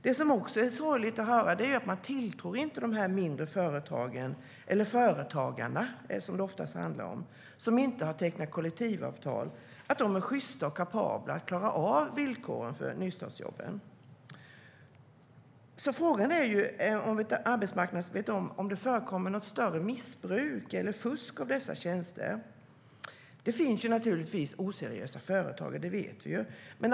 Det som också är sorgligt att höra är att man inte tilltror de mindre förtagen, eller företagarna som det oftast handlar om, som inte har tecknat kollektivavtal att de är sjysta och kapabla att klara av villkoren för nystartsjobben. Frågan är om arbetsmarknadsministern vet om det förekommer något större missbruk eller fusk vid dessa tjänster. Det finns naturligtvis oseriösa företagare. Det vet vi.